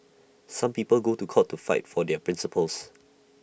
some people go to court to fight for their principles